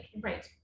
right